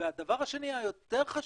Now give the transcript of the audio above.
והדבר השני, היותר חשוב,